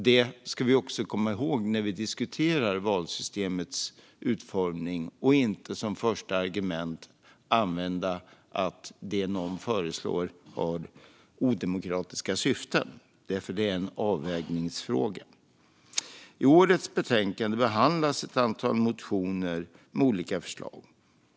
Detta ska vi också komma ihåg när vi diskuterar valsystemets utformning och inte som första argument använda att det någon föreslår har odemokratiska syften, för det är en avvägningsfråga. I detta betänkande behandlas ett antal motioner med olika förslag.